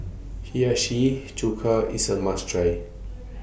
Hiyashi Chuka IS A must Try